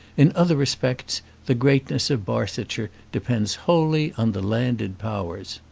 in other respects the greatness of barsetshire depends wholly on the landed powers.